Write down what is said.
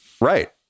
Right